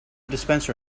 dispenser